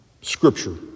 Scripture